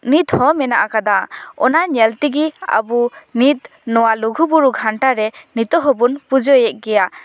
ᱱᱤᱛ ᱦᱚᱸ ᱢᱮᱱᱟᱜ ᱠᱟᱫᱟ ᱚᱱᱟ ᱧᱮᱞ ᱛᱮᱜᱮ ᱱᱤᱛ ᱱᱚᱣᱟ ᱞᱩᱜᱩᱼᱵᱩᱨᱩ ᱜᱷᱟᱱᱴᱟ ᱨᱮ ᱱᱤᱛᱚᱜ ᱦᱚᱸᱵᱚᱱ ᱯᱩᱡᱟᱹᱭᱮᱜ ᱜᱮᱭᱟ